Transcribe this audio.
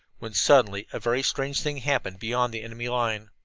when suddenly a very strange thing happened beyond the enemy's line.